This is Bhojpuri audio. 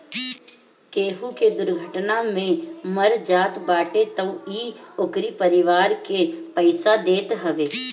केहू के दुर्घटना में मर जात बाटे तअ इ ओकरी परिवार के पईसा देत हवे